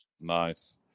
Nice